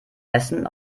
essen